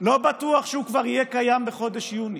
שר הפנים,